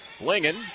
Lingen